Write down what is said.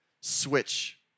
switch